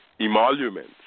emoluments